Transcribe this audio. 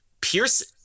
Pierce